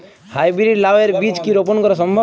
High breed লাও এর বীজ কি রোপন করা সম্ভব?